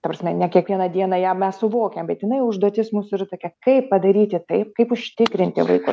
ta prasme ne kiekvieną dieną ją mes suvokiam bet jinai užduotis musų yra tokia kaip padaryti taip kaip užtikrinti vaiko